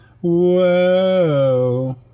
Whoa